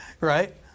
Right